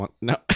No